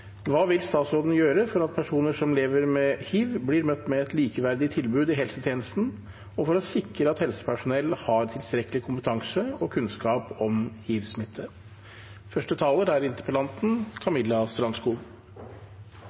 Hva vil statsråden gjøre for at personer som lever med hiv, blir møtt med et likeverdig tilbud i helsetjenesten, og for å sikre at helsepersonell har tilstrekkelig kompetanse og kunnskap om hivsmitte? Takk til interpellanten